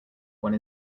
one